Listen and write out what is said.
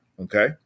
okay